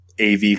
AV